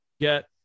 get